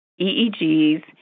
EEGs